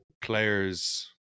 players